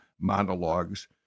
Monologues